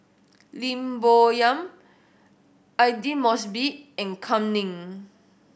Lim Bo Yam Aidli Mosbit and Kam Ning